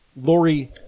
Lori